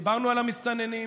דיברנו על המסתננים,